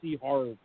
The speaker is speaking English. horror